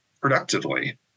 productively